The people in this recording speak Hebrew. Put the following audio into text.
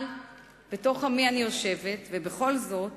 אבל בתוך עמי אני יושבת, ובכל זאת